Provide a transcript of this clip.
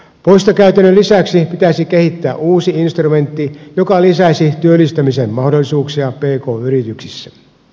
poistokäytännön lisäksi pitäisi kehittää uusi instrumentti joka lisäisi työllistämisen mahdollisuuksia pk yrityksissä